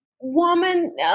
woman